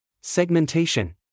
Segmentation